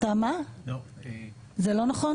זה לא נכון?